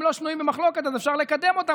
לא שנויים במחלוקת אז אפשר לקדם אותם.